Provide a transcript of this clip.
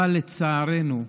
אבל לצערנו,